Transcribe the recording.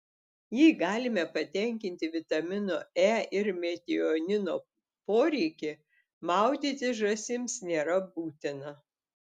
jei galime patenkinti vitamino e ir metionino poreikį maudytis žąsims nėra būtina